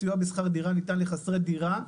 סיוע בשכר דירה ניתן לחסרי דירה,